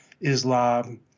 Islam